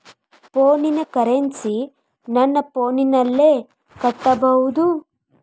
ಫೋನಿನ ಕರೆನ್ಸಿ ನನ್ನ ಫೋನಿನಲ್ಲೇ ಕಟ್ಟಬಹುದು?